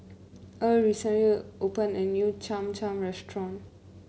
Earl recently opened a new Cham Cham Restaurant